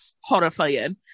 horrifying